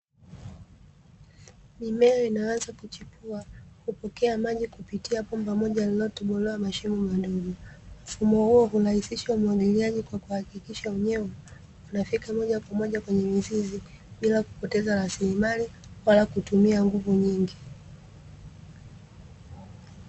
Mimea inayoanza kuchipua, hupokea maji kupitia bomba moja lililotobolewa mashimo madogo. Mfumo huo hurahisisha umwagiliaji kwa kuhakikisha unyevu unafika moja kwa moja kwenye mizizi bila kupoteza rasilimali wala kutumia nguvu nyingi.